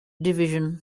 division